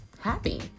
happy